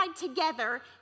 together